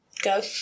Go